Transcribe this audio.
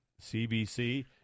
cbc